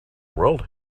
world